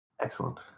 Excellent